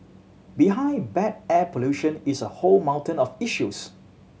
behind bad air pollution is a whole mountain of issues